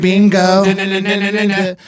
Bingo